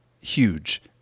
huge